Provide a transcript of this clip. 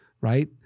right